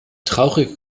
traurig